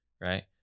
right